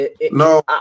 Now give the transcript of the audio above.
No